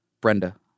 Brenda